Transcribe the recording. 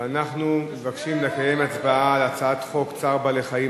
ואנחנו מתבקשים לקיים הצבעה על הצעת חוק צער בעלי-חיים